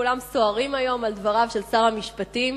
כולם סוערים היום על דבריו של שר המשפטים,